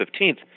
15th